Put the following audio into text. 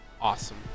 awesome